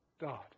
God